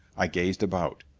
i gazed about.